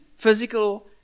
Physical